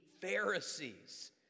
Pharisees